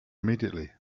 immediately